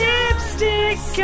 Lipstick